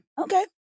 okay